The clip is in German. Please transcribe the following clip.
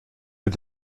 mit